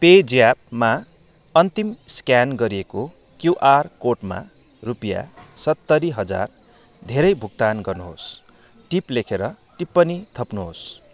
पेज्यापमा अन्तिम स्क्यान गरिएको क्युआर कोडमा रुपियाँ सत्तरी हजार धेरै भुक्तान गर्नुहोस् टिप लेखेर टिप्पणी थप्नुहोस्